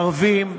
ערבים,